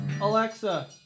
Alexa